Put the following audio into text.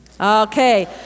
Okay